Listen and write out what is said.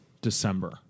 December